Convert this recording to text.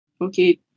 Okay